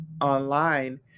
online